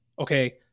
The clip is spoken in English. Okay